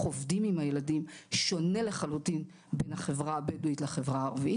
עובדים עם הילדים שונה לחלוטין בין החברה הבדואית לחברה הערבית.